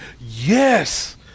Yes